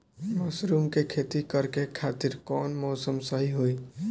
Mushroom के खेती करेके खातिर कवन मौसम सही होई?